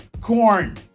corn